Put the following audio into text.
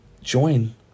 join